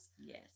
yes